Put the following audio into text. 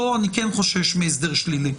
כאן אני כן חושש מהסדר שלילי,